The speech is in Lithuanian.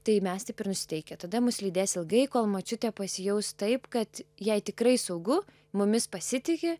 tai mes taip ir nusiteikę tada mus lydės ilgai kol močiutė pasijaus taip kad jai tikrai saugu mumis pasitiki